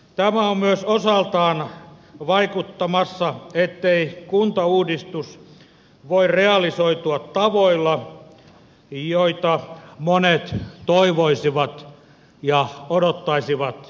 tämä on myös osaltaan vaikuttamassa siihen ettei kuntauudistus voi realisoitua tavoilla joita monet toivoisivat ja odottaisivat lähiaikoinakin